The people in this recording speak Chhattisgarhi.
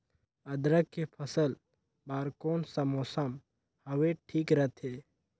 अदरक के फसल बार कोन सा मौसम हवे ठीक रथे?